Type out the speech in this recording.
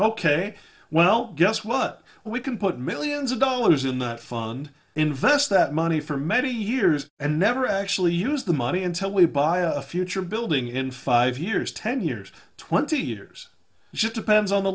ok well guess what we can put millions of dollars in that fund invest that money for many years and never actually use the money until we buy a future building in five years ten years twenty years just depends on the